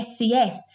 SCS